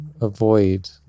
avoid